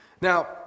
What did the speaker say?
Now